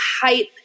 hype